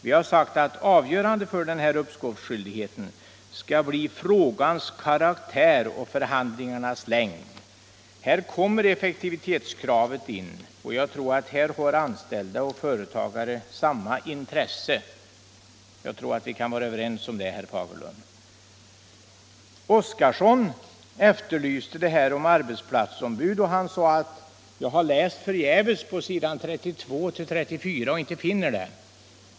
Vi har sagt att avgörande för uppskovsskyldigheten skall bli frågans karaktär och förhandlingarnas längd. Här kommer effektivitetskravet in, och jag tror att anställda och företagare har samma intressen därvidlag. Jag tror att vi kan vara överens om det, herr Fagerlund. Herr Oskarson efterlyste en skrivning om arbetsplatsombud och sade, att han förgäves hade letat efter en sådan på s. 32-34 utan att finna någon.